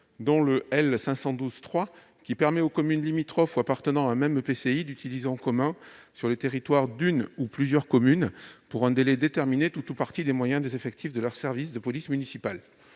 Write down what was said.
l'article L. 512-3, qui permet aux communes limitrophes ou appartenant à un même EPCI de mutualiser sur le territoire d'une ou de plusieurs d'entre elles, pour un délai déterminé, tout ou une partie des moyens des effectifs de leurs services de police municipale.